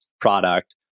product